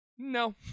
No